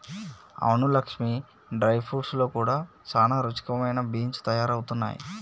అవును Lakshmi dry fruits లో కూడా సానా రుచికరమైన బీన్స్ లు తయారవుతున్నాయి